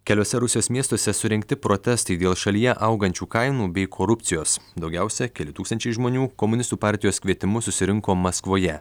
keliuose rusijos miestuose surengti protestai dėl šalyje augančių kainų bei korupcijos daugiausia keli tūkstančiai žmonių komunistų partijos kvietimu susirinko maskvoje